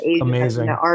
amazing